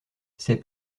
ces